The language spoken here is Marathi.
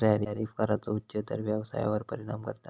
टॅरिफ कराचो उच्च दर व्यवसायावर परिणाम करता